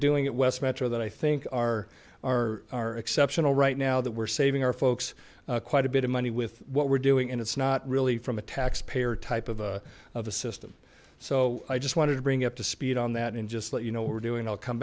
doing at west metro that i think are our are exceptional right now that we're saving our folks quite a bit of money with what we're doing and it's not really from a tax payer type of of the system so i just wanted to bring up to speed on that and just let you know we're doing i'll come